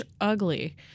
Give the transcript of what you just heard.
ugly